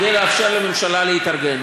כדי לאפשר לממשלה להתארגן.